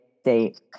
state